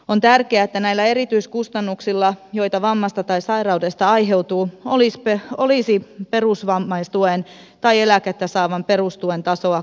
on tärkeää että näillä erityiskustannuksilla joita vammasta tai sairaudesta aiheutuu olisi perusvammaistuen tai eläkettä saavan perustuen tasoa korottava vaikutus